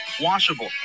washable